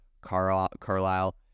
Carlisle